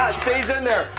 stays in there.